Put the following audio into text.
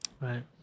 Right